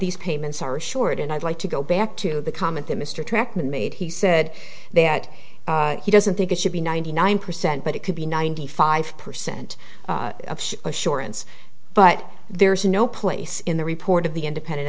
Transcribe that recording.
these payments are assured and i'd like to go back to the comment that mr trackman made he said that he doesn't think it should be ninety nine percent but it could be ninety five percent assurance but there's no place in the report of the independent